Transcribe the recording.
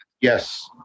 Yes